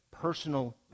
Personal